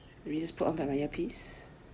let me just put on my earpiece